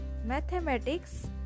Mathematics